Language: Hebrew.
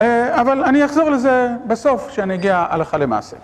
אבל אני אחזור לזה בסוף כשאני אגיע הלכה למעשה.